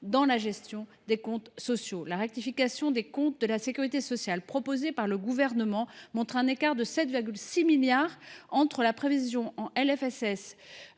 dans la gestion des comptes sociaux. La rectification des comptes de la sécurité sociale proposée par le Gouvernement met en évidence un écart de 7,6 milliards d’euros entre la prévision en LFSS